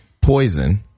Poison